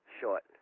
short